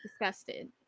disgusted